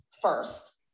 First